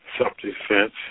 self-defense